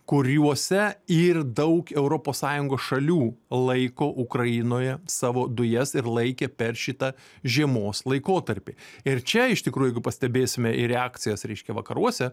kuriuose ir daug europos sąjungos šalių laiko ukrainoje savo dujas ir laikė per šitą žiemos laikotarpį ir čia iš tikrųjų jeigu pastebėsime ir reakcijas reiškia vakaruose